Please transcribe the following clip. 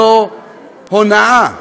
זו הונאה.